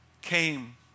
came